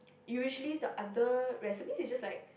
usually the other recipe is just like